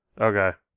Okay